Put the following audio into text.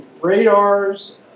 radars